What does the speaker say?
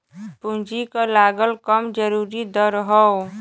पूंजी क लागत कम जरूरी दर हौ